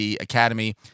Academy